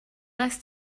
less